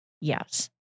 Yes